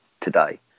today